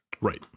Right